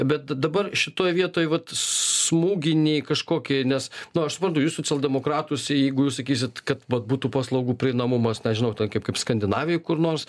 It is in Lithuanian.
bet dabar šitoj vietoj vat smūgį nei kažkokį nes nu aš suprantu jus socialdemokratus jeigu jūs sakysit kad vat būtų paslaugų prieinamumas nežinau ten kaip kaip skandinavijoj kur nors